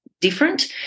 different